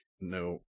no